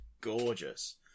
gorgeous